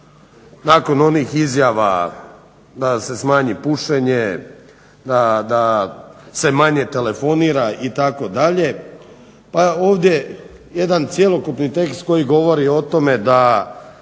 Nakon onih izjava da se smanji pušenje, da se manje telefonira itd. pa ovdje jedan cjelokupni tekst koji govori o tome da